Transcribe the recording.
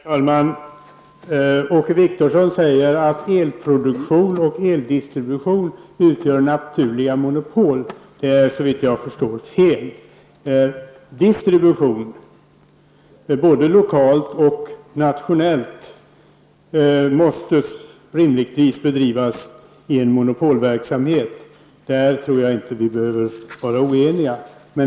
Herr talman! Åke Wictorsson säger att elproduktion och eldistribution utgör naturliga monopol. Såvitt jag förstår är det fel. Både lokal och nationell eldistribution måste rimligtvis bedrivas som en monopolverksamhet -- om det tror jag inte vi behöver vara oeniga.